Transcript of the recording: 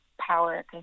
power